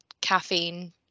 caffeine